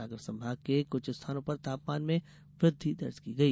सागर संभाग के कुछ स्थानों पर तापमान में वृद्धि दर्ज की गई